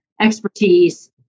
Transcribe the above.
expertise